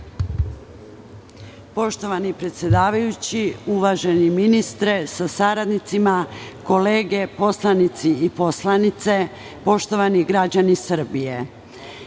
Poštovani predsedavajući, uvaženi ministre sa saradnicima, kolege poslanici i poslanice, poštovani građani Srbije,